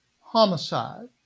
Homicide